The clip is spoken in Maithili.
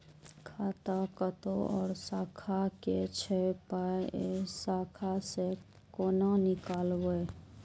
खाता कतौ और शाखा के छै पाय ऐ शाखा से कोना नीकालबै?